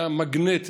היה מגנט.